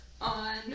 on